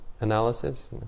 analysis